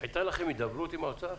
היתה לכם הידברות עם האוצר?